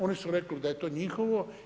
Oni su rekli da je to njihovo.